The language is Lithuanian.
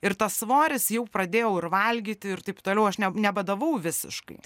ir tas svoris jau pradėjau ir valgyti ir taip toliau aš ne nebadavau visiškai